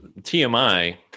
TMI